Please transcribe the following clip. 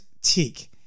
tick